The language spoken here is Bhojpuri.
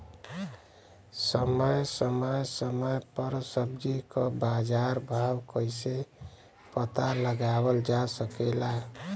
समय समय समय पर सब्जी क बाजार भाव कइसे पता लगावल जा सकेला?